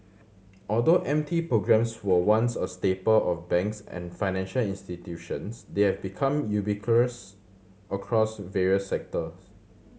although M T programs were once a staple of banks and financial institutions they have become ubiquitous across various sectors